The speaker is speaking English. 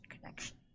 connection